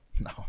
No